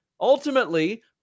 ultimately